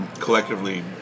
collectively